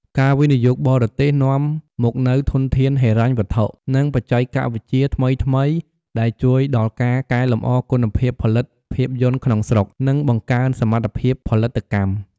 ការវិនិយោគបរទេសនាំមកនូវធនធានហិរញ្ញវត្ថុ និងបច្ចេកវិទ្យាថ្មីៗ ដែលជួយដល់ការកែលម្អគុណភាពផលិតភាពយន្តក្នុងស្រុក និងបង្កើនសមត្ថភាពផលិតកម្ម។